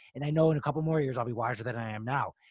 and i know in a couple more years, i'll be wiser than i am now.